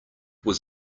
was